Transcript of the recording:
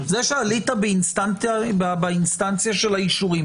זה שעלית באינסטנציה של האישורים,